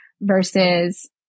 versus